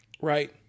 Right